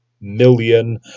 Million